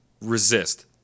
resist